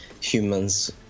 humans